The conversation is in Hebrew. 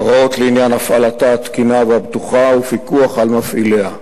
הוראות לעניין הפעלתה התקינה והבטוחה ופיקוח על מפעיליה.